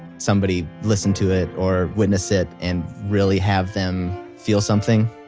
somebody listen to it or witness it and really have them feel something,